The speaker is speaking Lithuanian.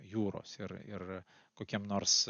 jūros ir ir kokiam nors